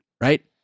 right